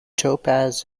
topaz